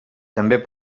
també